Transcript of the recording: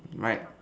right